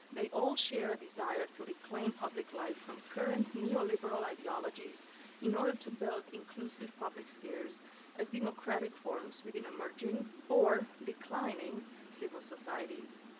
they all share a desire to reclaim public life from current neoliberal ideologies in order to build inclusive public spheres as democratic forms within emerging or declining civil societies.